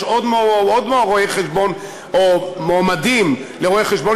יש עוד רואי-חשבון או מועמדים לרואי-חשבון